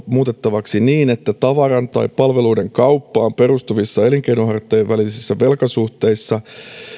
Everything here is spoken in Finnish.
muutettavaksi niin että tavaran tai palveluiden kauppaan perustuvissa elinkeinonharjoittajien välisissä velkasuhteissa